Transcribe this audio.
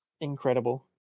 incredible